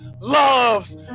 loves